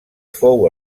fou